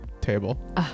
table